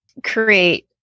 create